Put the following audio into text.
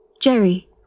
Jerry